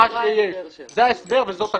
זה ההסבר וזאת הכוונה.